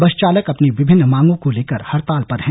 बस चालक अपनी विभिन्न मांगों को लेकर हड़ताल पर हैं